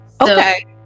Okay